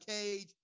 cage